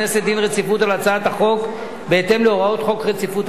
רציפות על הצעת החוק בהתאם להוראות חוק רציפות הדיון.